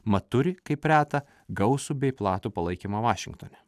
mat turi kaip reta gausų bei platų palaikymą vašingtone